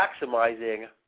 maximizing